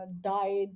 died